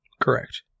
Correct